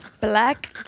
Black